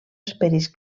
esperis